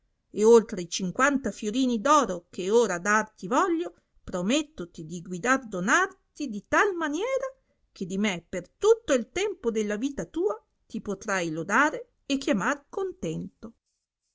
e oltre i cinquanta fiorini d oro che ora darti voglio promettoti di guidardonarti di tal maniera che di me per tutto il tempo della vita tua ti potrai lodare e chiamar contento